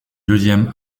deuxième